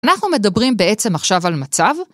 ‫אנחנו מדברים בעצם עכשיו על מצב.